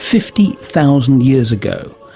fifty thousand years ago.